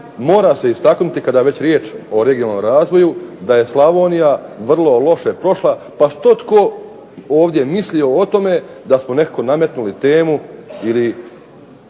mora se istaknuti kada je već riječ o regionalnom razvoju da je Slavonija vrlo loše prošla, pa što tko ovdje mislio o tome da smo nekako nametnuli temu ili